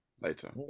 later